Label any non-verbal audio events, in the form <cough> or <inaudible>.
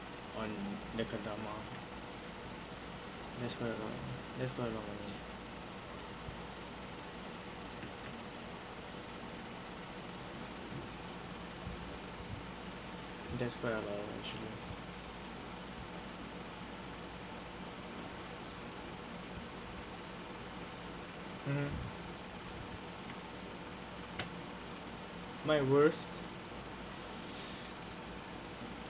on that's quite a lot that's quite a lot on it that's quite a lot actually mm my worst <breath>